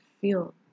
feel